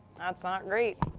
that's not great.